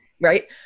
right